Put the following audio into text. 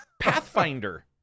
Pathfinder